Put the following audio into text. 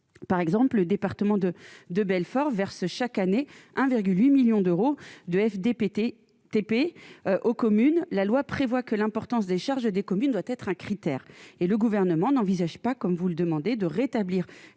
par exemple, le département de de Belfort versent chaque année 1,8 millions d'euros du FDP été TP aux communes, la loi prévoit que l'importance des charges et des communes doit être un critère et le gouvernement n'envisage pas, comme vous le demander de rétablir